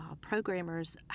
programmers